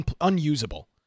unusable